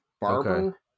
Barber